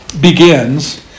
begins